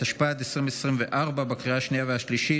התשפ"ד 2024, לקריאה השנייה והשלישית.